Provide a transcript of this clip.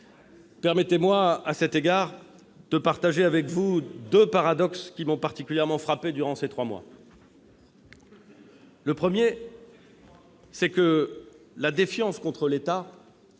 Permettez-moi à cet égard d'évoquer avec vous deux paradoxes qui m'ont particulièrement frappé durant ces trois mois. Premier paradoxe, la défiance envers l'État,